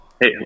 Hey